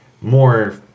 more